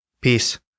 Peace